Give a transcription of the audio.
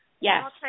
Yes